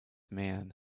man